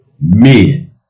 Men